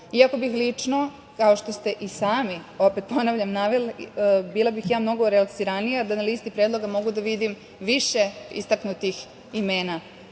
iako bih lično, kao što ste i sami, opet ponavljam, naveli, bila bih ja mnogo relaksiranija da na listi predloga mogu da vidim više istaknutih imena